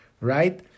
right